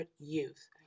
youth